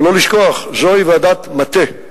אבל לא לשכוח, זוהי ועדת מטה,